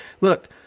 look